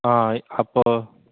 ஆ அப்போது